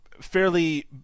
fairly